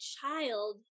child